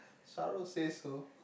Saro says so